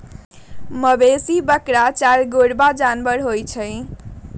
मवेशी बरका चरगोरबा जानबर होइ छइ